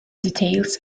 details